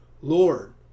Lord